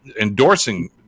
endorsing